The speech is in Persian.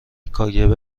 kgb